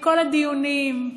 מכל הדיונים?